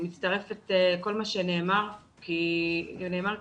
אני מצטרפת לכל מה שנאמר כאן,